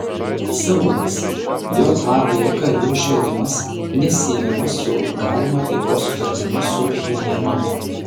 seulas jav karių išvedimas nesiejamas su galima taikos sutartimi su pchenjanu